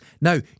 Now